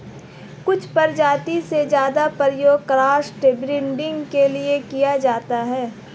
कुछ प्रजाति का ज्यादा प्रयोग क्रॉस ब्रीडिंग के लिए किया जाता है